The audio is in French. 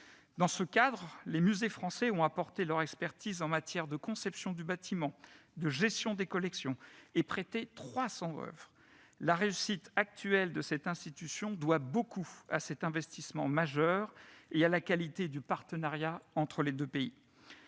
Dans ce cadre, les musées français ont apporté leur expertise en matière de conception du bâtiment, de gestion des collections et prêté trois cents oeuvres. La réussite actuelle de cette institution doit beaucoup à cet investissement majeur et à la qualité du partenariat entre les deux pays.